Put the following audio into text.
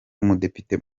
umudepite